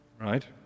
Right